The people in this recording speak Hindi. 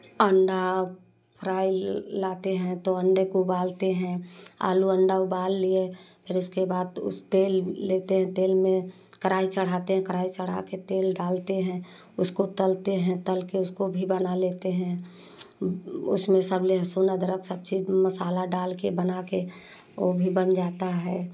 अंडा फ्ईफ़्रा लाते हैं तो अंडे को उबालते हैं आलू अंडा उबाल लिए फिर उसके बाद उस तेल लेते हैं तेल में कढ़ाई चढ़ाते हैं कढ़ाई चढ़ाकर तेल डालते हैं उसको तलते हैं तल कर उसको भी बना लेते हैं उसमें सब लहसुन अदरक सब चीज़ मसाला डालकर बनाकर वह भी बन जाता है